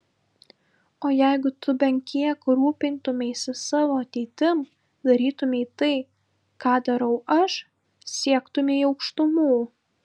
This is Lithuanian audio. o jeigu tu bent kiek rūpintumeisi savo ateitim darytumei tai ką darau aš siektumei aukštumų